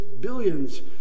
billions